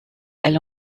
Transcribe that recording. elle